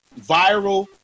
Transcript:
viral